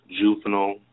juvenile